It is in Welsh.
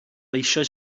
eisoes